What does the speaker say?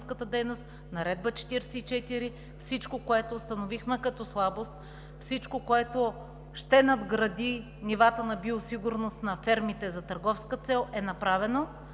Наредба № 44, всичко което установихме като слабост, всичко, което ще надгради нивата на биосигурност на фермите за търговска цел, е направено.